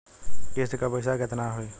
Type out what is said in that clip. किस्त के पईसा केतना होई?